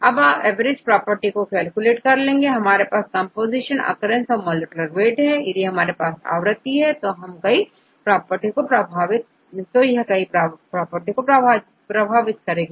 अब आप average property को कैलकुलेट कर सकते हैं हमारे पास कंपोजीशन occurrence और मॉलिक्युलर वेट हैयदि हमारे पास आवृत्ति है तो यह कई प्रॉपर्टी को प्रभावित करेगी